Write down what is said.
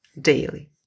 daily